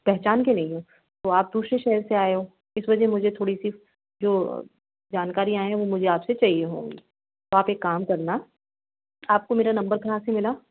पहचान के नहीं हैं तो आप दूसरे शहर से आए हो इस वजह मुझे थोड़ी सी जो जानकारियाँ हैं वो मुझे आपसे चाहिए होंगी तो आप एक काम करना आपको मेरा नम्बर कहाँ से मिला